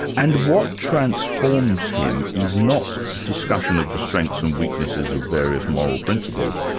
and what transforms him is not discussion of the strengths and weaknesses of various moral principles,